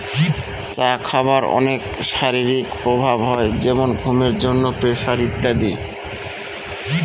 চা খাবার অনেক শারীরিক প্রভাব হয় যেমন ঘুমের জন্য, প্রেসার ইত্যাদি